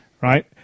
Right